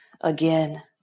again